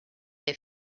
der